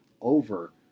over